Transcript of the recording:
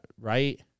right